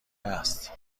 است